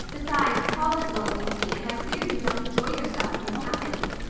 besides, paul is going with me and i fear you don't enjoy yourself in his company.